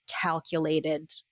calculated